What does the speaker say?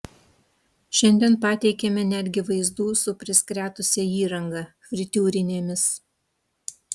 šiandien pateikėme netgi vaizdų su priskretusia įranga fritiūrinėmis